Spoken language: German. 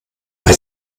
bei